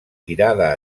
tirada